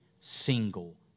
single